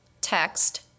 text